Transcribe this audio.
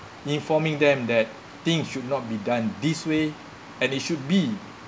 informing them that thing should not be done this way and it should be